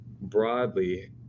broadly